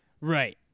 right